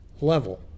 level